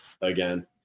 again